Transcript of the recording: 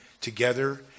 together